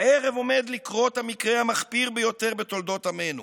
"הערב עומד לקרות המקרה המחפיר ביותר בתולדות עמנו,